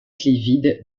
livide